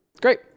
great